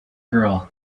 girl